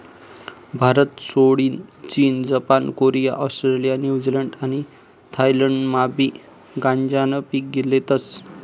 भारतसोडीन चीन, Japan, Korea, Australia, New Zealand आणि थायलंडमाबी गांजानं पीक लेतस